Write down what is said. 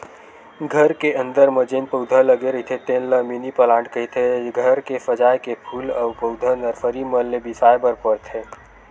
घर के अंदर म जेन पउधा लगे रहिथे तेन ल मिनी पलांट कहिथे, घर के सजाए के फूल अउ पउधा नरसरी मन ले बिसाय बर परथे